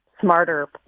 smarter